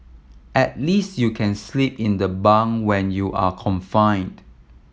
at least you can sleep in the bung when you're confined